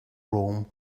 rome